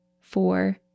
four